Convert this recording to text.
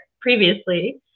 previously